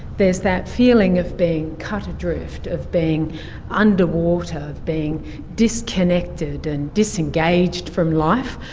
there is that feeling of being cut adrift, of being under water, of being disconnected and disengaged from life.